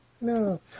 No